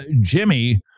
Jimmy